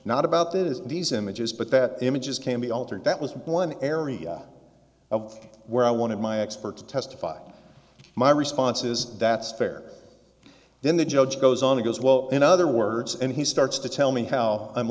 not about that is these images but that images can be altered that was blown area of where i wanted my expert to testify my response is that's fair then the judge goes on it goes well in other words and he starts to tell me how i'm